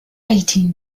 eighteen